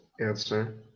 answer